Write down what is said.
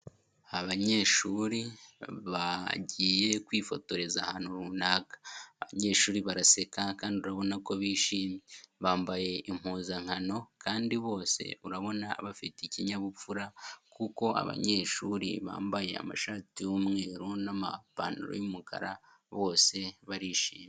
Abanyeshuri bagiye kwifotoreza ahantu runaka. Abanyeshuri baraseka kandi urabona ko bishimye, bambaye impuzankano kandi bose urabona bafite ikinyabupfura kuko abanyeshuri bambaye amashati y'umweru n'amapantaro y'umukara. bose barishimye.